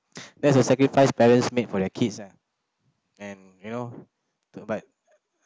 that's a sacrifice parents made for their kids ah and you know but